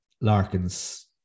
Larkin's